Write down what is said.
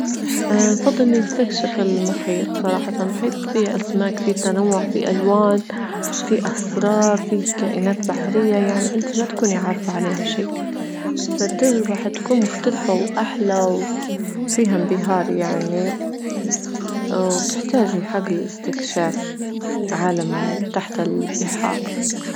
اه نفضل أنى نستكشف المحيط حتى المحيط فيه أسماك فيه تنوع فيه ألوان فيه أسرار فيه كائنات بحرية يعني أنت ما تكوني عارفة عليها شيء فالتجربة حتكون مختلفة وأحلى وفيها انبهار يعني وتحتاج الحج للاستكشاف عالم تحت البحار.